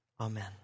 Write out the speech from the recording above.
Amen